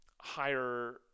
higher